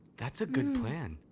that's a good plan.